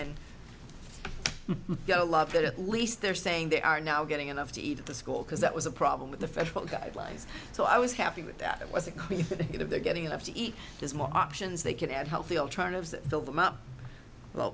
go loved it at least they're saying they are now getting enough to eat at the school because that was a problem with the federal guidelines so i was happy with that it was a critique of their getting enough to eat has more options they can add healthy alternatives that fill them up well